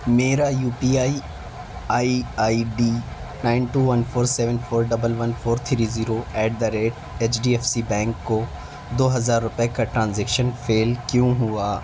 میرا U P I I I D nine two one four seven four double one four three zero eight the rate H D F C bank کو دو ہزار روپے کا transaction fail کیوں ہوا